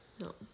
No